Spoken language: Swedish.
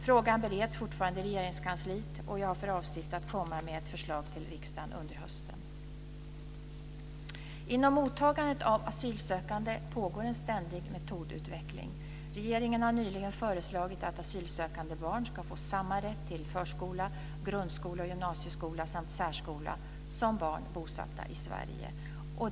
Frågan bereds fortfarande i Regeringskansliet, och jag har för avsikt att komma med ett förslag till riksdagen under hösten. · Inom mottagandet av asylsökande pågår en ständig metodutveckling. Regeringen har nyligen föreslagit att asylsökande barn ska få samma rätt till förskola, grund och gymnasieskola samt särskola som barn bosatta i Sverige.